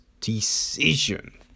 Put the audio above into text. decision